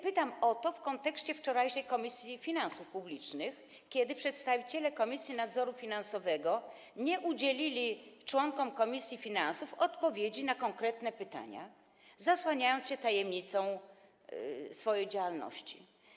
Pytam o to w kontekście wczorajszego posiedzenia Komisji Finansów Publicznych, kiedy przedstawiciele Komisji Nadzoru Finansowego nie udzielili członkom komisji finansów odpowiedzi na konkretne pytania, zasłaniając się tajemnicą, jeżeli chodzi o swoją działalność.